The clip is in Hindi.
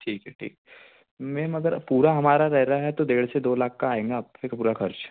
ठीक है ठीक है मैम अगर पूरा हमारा रहे रहा है तो डेढ़ से दो लाख का आएगा पूरा खर्च